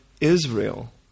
Israel